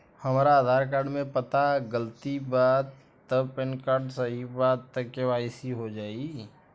हमरा आधार कार्ड मे पता गलती बा त पैन कार्ड सही बा त के.वाइ.सी हो जायी?